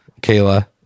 kayla